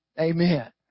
Amen